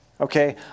Okay